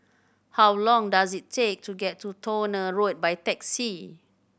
how long does it take to get to Towner Road by taxi